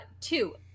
Two